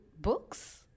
books